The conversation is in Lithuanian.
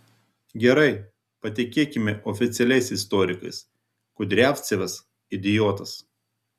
gerai patikėkime oficialiais istorikais kudriavcevas idiotas